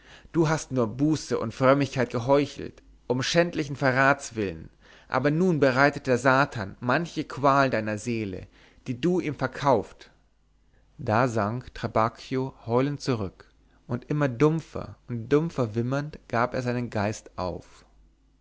du hast nur buße und frömmigkeit geheuchelt um schändlichen verrats willen aber nun bereitet der satan manche qual deiner seele die du ihm verkauft da sank trabacchio heulend zurück und immer dumpfer und dumpfer wimmernd gab er seinen geist auf